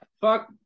fuck